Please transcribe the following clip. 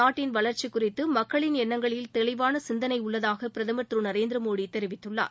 நாட்டின் வளர்ச்சி குறித்து மக்களின் எண்ணங்களில் தெளிவான சிந்தனை உள்ளதாக பிரதமர் திரு நரேந்திர மோடி தெரிவித்துள்ளார்